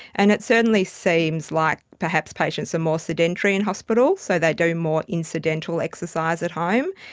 and it certainly seems like perhaps patients are more sedentary in hospitals, so they do more incidental exercise at home.